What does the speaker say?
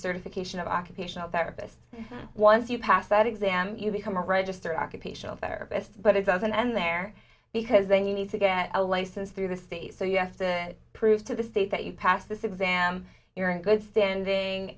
certification of occupational therapist once you pass that exam you become a register occupational therapist but it doesn't end there because then you need to get a license through the state so you have to prove to the state that you pass this exam you're in good standing